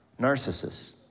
narcissists